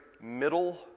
middle